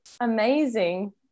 amazing